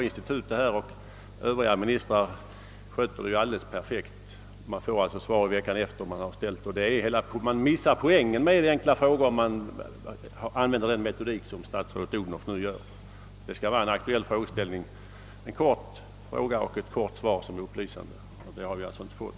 Frågeinstitutet är som sagt utmärkt, och Övriga ministrar sköter det alldeles perfekt. Frågeställaren får svar veckan efter det han framställt sin fråga. Man missar poängen med enkla frågor om man använder statsrådet Odhnoffs metodik. En enkel fråga skall vara kortfattad och gälla ett aktuellt problem. Svaret skall också vara kortfattat och dessutom upplysande. Något sådant svar har jag inte fått.